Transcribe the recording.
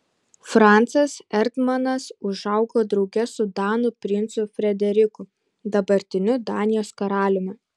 francas erdmanas užaugo drauge su danų princu frederiku dabartiniu danijos karaliumi